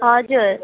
हजुर